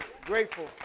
grateful